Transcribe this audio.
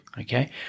Okay